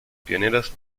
pioneros